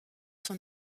son